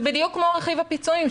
זה בדיוק כמו רכיב הפיצויים,